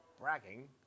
bragging